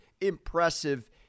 impressive